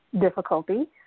difficulty